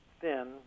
thin